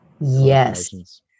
Yes